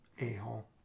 a-hole